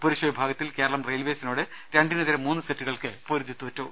പുരുഷ വിഭാഗത്തിൽ കേരളം റെയിൽവേസിനോട് രണ്ടിനെതിരെ മൂന്ന് സെറ്റുകൾക്ക് പൊരുതിതോറ്റു